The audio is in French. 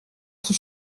qui